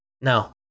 No